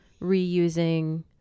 reusing